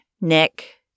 Nick